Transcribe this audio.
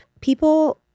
people